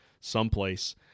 someplace